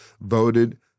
voted